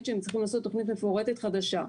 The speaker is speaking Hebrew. שהם צריכים לעשות תכנית מפורטת חדשה.